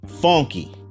funky